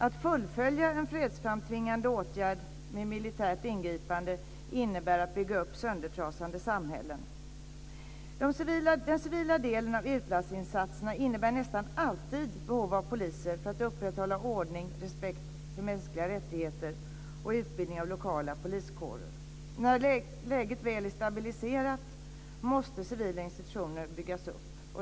Att fullfölja en fredsframtvingande åtgärd med militärt ingripande innebär att bygga upp söndertrasade samhällen. Den civila delen av utlandsinsatserna innebär nästan alltid behov av poliser för att upprätthålla ordning och respekt för mänskliga rättigheter och utbildning av lokala poliskårer. När läget väl är stabiliserat måste civila institutioner byggas upp.